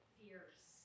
fierce